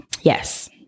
Yes